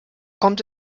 kommt